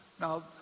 Now